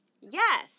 Yes